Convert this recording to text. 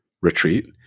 retreat